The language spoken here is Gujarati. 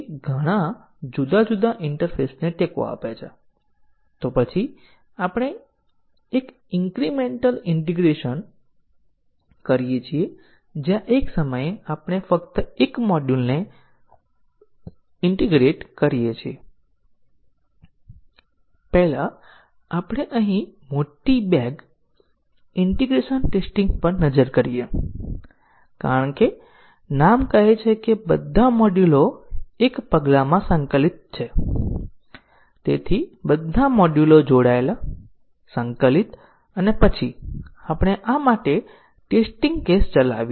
હવે એકવાર પ્રારંભિક ટેસ્ટીંગ પૂર્ણ થયા પછી પ્રારંભિક ટેસ્ટીંગ MCDC ટેસ્ટીંગ હોઈ શકે છે અથવા પાથ ટેસ્ટીંગ હોઈ શકે છે અથવા બંને હોઈ શકે છે અને એકવાર આનો ઉપયોગ કરીને ટેસ્ટીંગ કર્યા પછી આપણે તપાસ કરવા માગીએ છીએ કે ટેસ્ટીંગ ચોક્કસ પ્રકારની ભૂલો સામે ખરેખર અસરકારક છે કે નહીં અને આપણે મ્યુટેશન ટેસ્ટીંગ હાથ ધરીએ છીએ